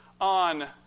on